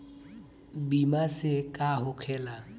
बीमा से का होखेला?